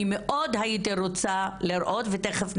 אני מאוד הייתי רוצה לראות, ותכף נשמע,